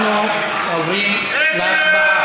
אנחנו עוברים להצבעה.